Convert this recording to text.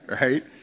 right